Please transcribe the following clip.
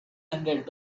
hundred